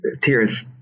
tears